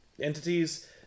entities